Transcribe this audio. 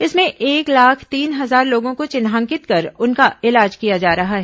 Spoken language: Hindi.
इसमें एक लाख तीन हजार लोगों को चिन्हांकित कर उनका इलाज किया जा रहा है